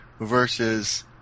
versus